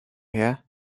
here